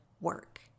work